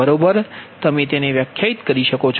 બરોબર તમે તેને વ્યાખ્યાયિત કરી શકો છો